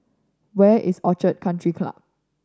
where is Orchid Country Club